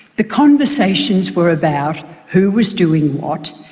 the conversations were about who was doing what,